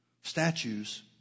statues